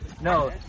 No